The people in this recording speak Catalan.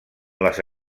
les